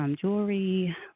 jewelry